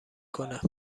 کنه